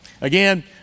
Again